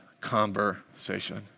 conversation